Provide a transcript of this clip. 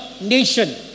nation